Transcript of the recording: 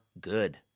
good